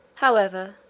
however,